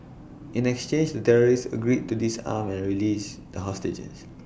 in exchange the terrorists agreed to disarm and released the hostages